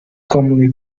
commonly